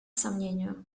сомнению